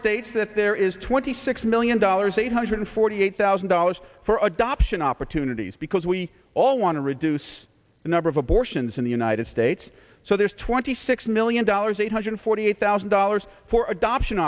states that there is twenty six million dollars eight hundred forty eight thousand dollars for adoption opportunities because we all want to reduce the number of abortions in the united states so there's twenty six million dollars eight hundred forty eight thousand dollars for adoption